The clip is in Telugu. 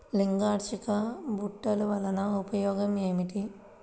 లింగాకర్షక బుట్టలు వలన ఉపయోగం ఏమిటి?